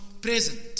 present